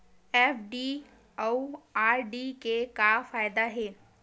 FD अउ RD के का फायदा हे?